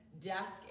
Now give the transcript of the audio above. desk